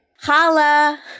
Holla